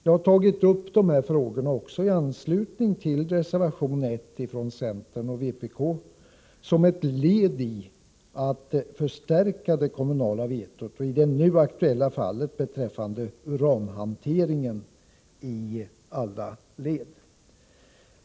Jag har tagit upp dessa frågor i anslutning till reservation 1 från centern och vpk som ett led i att förstärka det kommunala vetot — och i det nu aktuella fallet beträffande uranhanteringen i alla led.